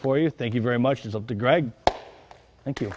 for you thank you very much is up to greg thank you